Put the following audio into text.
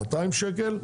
200 שקל,